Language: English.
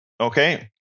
Okay